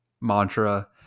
mantra